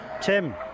Tim